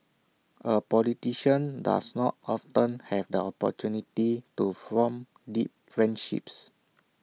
A politician does not often have the opportunity to form deep friendships